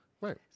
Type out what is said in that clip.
Right